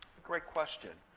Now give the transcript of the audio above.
great question.